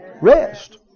rest